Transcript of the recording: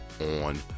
on